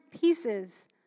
pieces